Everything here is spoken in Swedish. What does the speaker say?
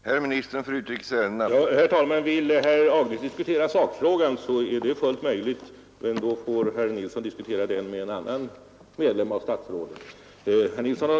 Herr talman! Vill herr Nilsson i Agnäs diskutera sakfrågan, så är det fullt möjligt, men då får herr Nilsson diskutera den med en annan medlem av statsrådet.